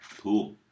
Cool